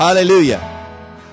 Hallelujah